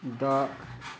the